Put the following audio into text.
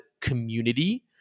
community